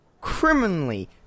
criminally